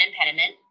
impediment